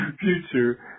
future